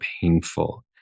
painful